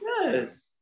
Yes